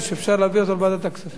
יש, אפשר להעביר לוועדת הכספים.